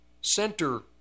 center